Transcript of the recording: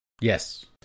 Yes